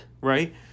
right